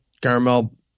caramel